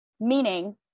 meaning